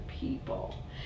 people